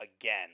again